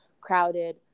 crowded